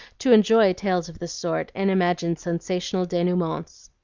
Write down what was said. to enjoy tales of this sort and imagine sensational denouements.